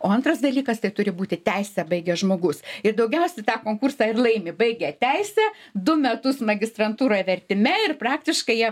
o antras dalykas tai turi būti teisę baigęs žmogus ir daugiausiai tą konkursą ir laimi baigę teisę du metus magistrantūroj vertime ir praktiškai jie